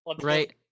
right